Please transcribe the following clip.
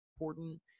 important